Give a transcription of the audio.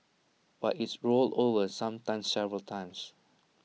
but it's rolled over sometimes several times